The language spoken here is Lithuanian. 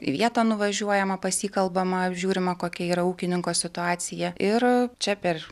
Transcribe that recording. į vietą nuvažiuojama pasikalbama apžiūrima kokia yra ūkininko situacija ir čia per